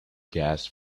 gas